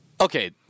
Okay